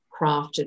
crafted